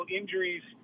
injuries